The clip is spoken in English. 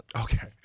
Okay